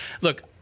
Look